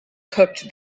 cooked